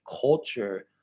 culture